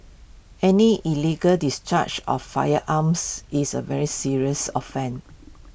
any illegal discharge of firearms is A very serious offence